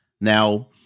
Now